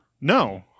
No